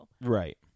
right